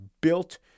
built